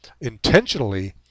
intentionally